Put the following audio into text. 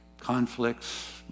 conflicts